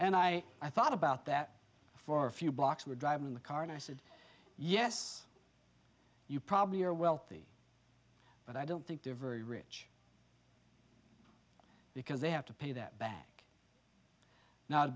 and i thought about that for a few blocks were driving the car and i said yes you probably are wealthy but i don't think they're very rich because they have to pay that back no